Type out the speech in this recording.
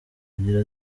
agira